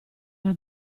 alla